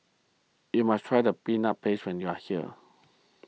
you must try the Peanut Paste when you are here